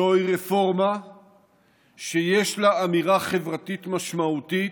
זוהי רפורמה שיש לה אמירה חברתית משמעותית,